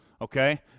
Okay